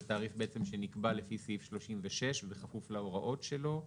תעריף בעצם שנקבע לפי סעיף 36 ובכפוף להוראות שלו?